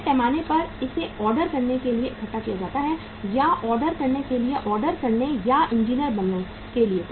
बड़े पैमाने पर इसे ऑर्डर करने के लिए इकट्ठा किया जाता है या ऑर्डर करने के लिए ऑर्डर करने या इंजीनियर बनाने के लिए